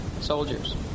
soldiers